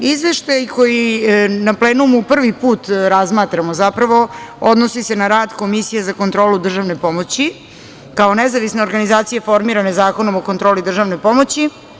Izveštaje koji na plenumu prvi put razmatramo odnose se na rad Komisije za kontrolu državne pomoći, kao nezavisna organizacija formirane Zakonom o kontroli državne pomoći.